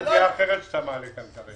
זו סוגיה אחרת שאתה מעלה כאן כרגע.